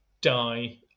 die